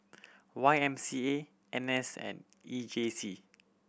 Y M C A N S and E J C